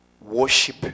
worship